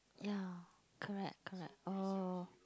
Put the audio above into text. ya correct correct orh